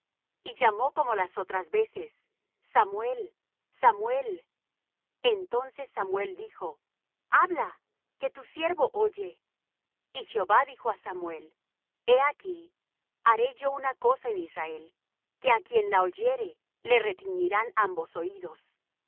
y llamó como las otras veces samuel samuel entonces samuel dijo habla que tu siervo oye y jehová dijo á samuel he aquí haré yo una cosa en israel que á quien la oyere le retiñirán ambos oídos